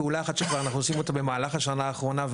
פעולה אחת שאנחנו עושים במהלך השנה האחרונה,